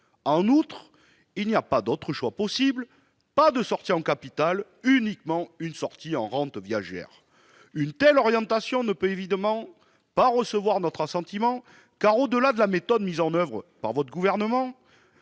à être versée. Aucun autre choix n'est possible : pas de sortie en capital, uniquement une sortie en rente viagère ! Une telle orientation ne peut évidemment pas recevoir notre assentiment, car, au-delà de la méthode mise en oeuvre par le Gouvernement,